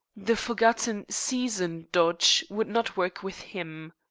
the forgotten season dodge would not work with him.